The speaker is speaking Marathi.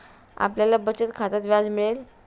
आपल्याला बचत खात्यात व्याज मिळेल